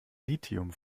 lithium